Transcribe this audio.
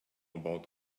about